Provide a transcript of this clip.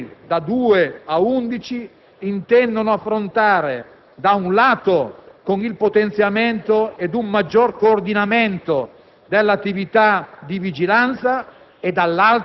una grave piaga sociale che gli articoli da 2 a 11 del provvedimento intendono affrontare da un lato con il potenziamento e con un maggiore coordinamento